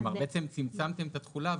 כלומר בעצם צמצמתם את התחולה,